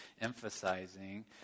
emphasizing